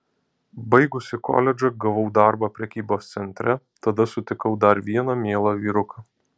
baigusi koledžą gavau darbą prekybos centre tada sutikau dar vieną mielą vyruką